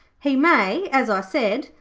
he may, as i said,